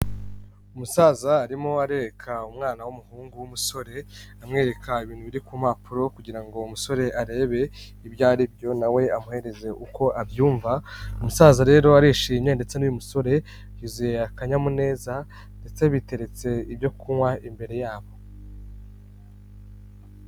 Umusaza arimo arereka umwana w'umuhungu w'umusore, amwereka ibintu biri ku mpapuro kugira ngo uwo musore arebe ibyo ari byo na we amuhereze uko abyumva, umusaza rero arishimye ndetse n'uyu musore yuzuye akanyamuneza ndetse biteretse ibyo kunywa imbere yabo.